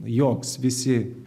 joks visi